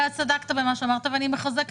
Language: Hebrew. צדקת במה שאמרת ואני דורשת